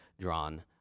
drawn